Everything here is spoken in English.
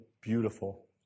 beautiful